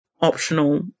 optional